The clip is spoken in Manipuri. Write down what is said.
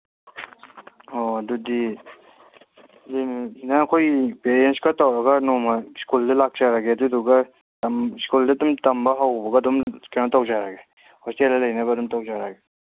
ꯑꯣ ꯑꯗꯨꯗꯤ ꯃꯦꯗꯥꯝ ꯑꯩꯈꯣꯏ ꯄꯦꯔꯦꯟꯁꯀ ꯇꯧꯔꯒ ꯅꯣꯡꯃ ꯁ꯭ꯀꯨꯜꯗ ꯂꯥꯛꯆꯔꯒꯦ ꯑꯗꯨꯗꯨꯒ ꯁ꯭ꯀꯨꯜꯗ ꯑꯗꯨꯝ ꯇꯝꯕ ꯍꯧꯕꯒ ꯑꯗꯨꯝ ꯀꯩꯅꯣ ꯇꯧꯖꯔꯛꯑꯒꯦ ꯍꯣꯁꯇꯦꯜꯗ ꯂꯩꯅꯕ ꯑꯗꯨꯝ ꯇꯧꯖꯔꯛꯑꯒꯦ